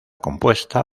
compuesta